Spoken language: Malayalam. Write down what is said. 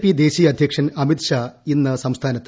പി ദേശീയ അദ്ധ്യക്ഷൻ അമിത് ഷാ ഇന്ന് സംസ്ഥാനത്ത്